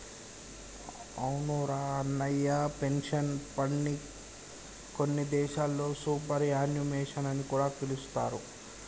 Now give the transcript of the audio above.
అవునురా అన్నయ్య పెన్షన్ ఫండ్ని కొన్ని దేశాల్లో సూపర్ యాన్యుమేషన్ అని కూడా పిలుస్తారు